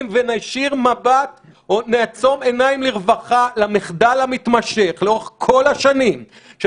ונישיר מבט או נעצום עיניים לרווחה למחדל המתמשך לאורך כל השנים של